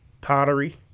pottery